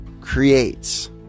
creates